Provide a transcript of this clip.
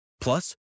Plus